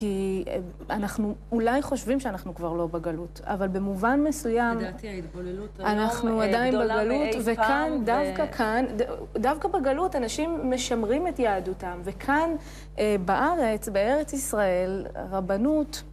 כי אנחנו אולי חושבים שאנחנו כבר לא בגלות, אבל במובן מסוים, ...- לדעתי ההתבוללות היום גדולה מאי פעם... - אנחנו עדיין בגלות, דווקא כאן, דווקא בגלות אנשים משמרים את יהדותם וכאן בארץ, בארץ ישראל, רבנות ...